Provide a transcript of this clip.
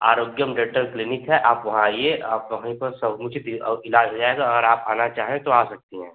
आरोटिय्म dental clinic है आप वहां आइए आप वहीं पर सब उसी दिन इलाज हो जाएगा और आप आना चाहें तो आ सकती हैं